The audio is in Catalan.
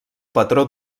patró